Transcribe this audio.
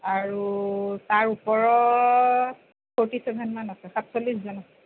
আৰু তাৰ ওপৰত ফৰ্টি চেভেন মান আছে সাতচল্লিছজন আছে